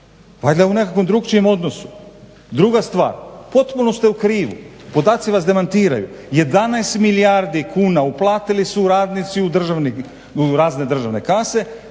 u nekakvom drukčijem odnosu. Druga stvar, potpuno ste u krivu, podaci vas demantiraju, 11 milijardi kuna uplatili su radnici u razne državne kase